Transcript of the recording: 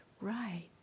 right